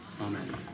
Amen